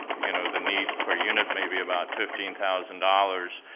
you know, the needs per unit may be about fifteen thousand dollars,